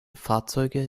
fahrzeuge